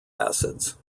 acids